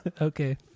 Okay